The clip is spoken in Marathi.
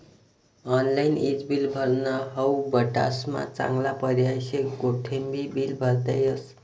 ऑनलाईन ईज बिल भरनं हाऊ बठ्ठास्मा चांगला पर्याय शे, कोठेबी बील भरता येस